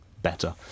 better